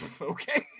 okay